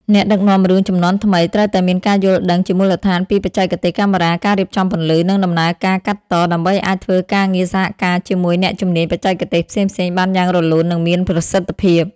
អ្នកដឹកនាំរឿងជំនាន់ថ្មីត្រូវតែមានការយល់ដឹងជាមូលដ្ឋានពីបច្ចេកទេសកាមេរ៉ា ការរៀបចំពន្លឺ និងដំណើរការកាត់ត ដើម្បីអាចធ្វើការងារសហការជាមួយអ្នកជំនាញបច្ចេកទេសផ្សេងៗបានយ៉ាងរលូន និងមានប្រសិទ្ធភាព។